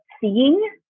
seeing